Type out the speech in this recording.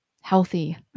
healthy